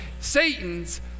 Satan's